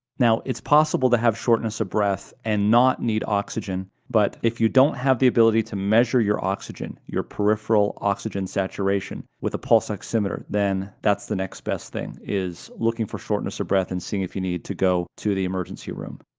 now it's possible to have shortness of breath and not need oxygen, but if you don't have the ability to measure your oxygen, your peripheral oxygen saturation, with a pulse oximeter, then that's the next best thing is looking for shortness of breath and seeing if you need to go to the emergency room.